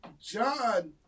John